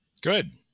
Good